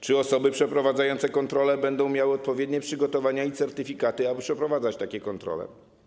Czy osoby przeprowadzające kontrolę będą miały odpowiednie przygotowanie i certyfikaty, aby przeprowadzać takie kontrole?